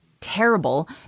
terrible